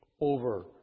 over